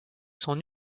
son